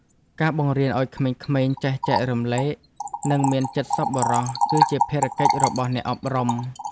ការបង្រៀនឱ្យក្មេងៗចេះចែករំលែក និងមានចិត្តសប្បុរស គឺជាភារកិច្ចរបស់អ្នកអប់រំ។